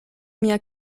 mia